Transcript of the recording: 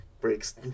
breaks